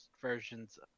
versions